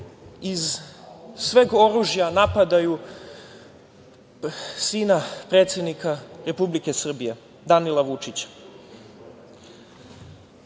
iz sveg oružja napadaju sina predsednika Republike Srbije, Danila Vučića.